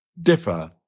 differ